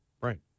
Right